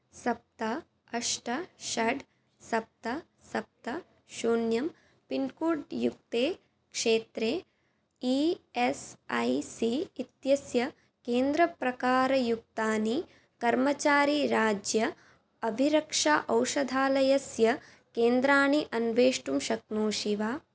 सप्त अष्ट षड् सप्त सप्त शून्यं पिन्कोड् युक्ते क्षेत्रे ई एस् ऐ सी इत्यस्य केन्द्रप्रकारयुक्तानि कर्मचारीराज्य अभिरक्षा औषधालयस्य केन्द्राणि अन्वेष्टुं शक्नोषि वा